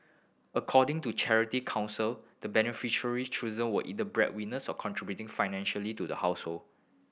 according to the Charity Council the beneficiary chosen were either bread winners or contributing financially to the household